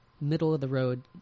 middle-of-the-road